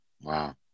Wow